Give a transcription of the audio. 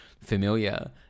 familiar